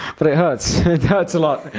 but it hurts. it hurts a lot!